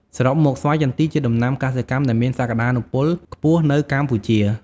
សរុបមក ស្វាយចន្ទីជាដំណាំកសិកម្មដែលមានសក្តានុពលខ្ពស់នៅកម្ពុជា។